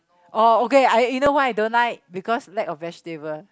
oh okay I you know why I don't like because lack of vegetable